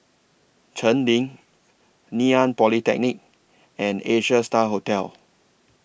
Cheng Lim Ngee Ann Polytechnic and Asia STAR Hotel